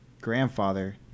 grandfather